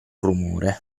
rumore